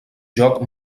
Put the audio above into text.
joc